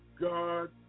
God